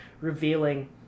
revealing